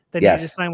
Yes